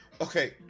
Okay